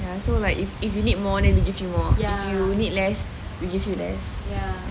ya so like if you need more then they give you more if you need less they give you less